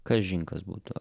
kažin kas būtų